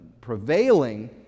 prevailing